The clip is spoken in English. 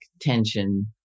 tension